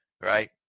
right